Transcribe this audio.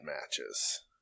matches